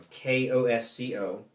K-O-S-C-O